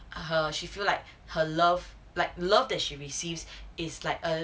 (uh huh) she feel like her love like love that she receives is like a